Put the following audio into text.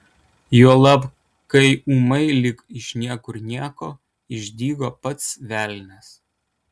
juolab kai ūmai lyg iš niekur nieko išdygo pats velnias